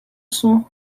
sont